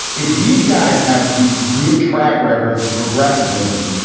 if these guys have these good track records of progressivism,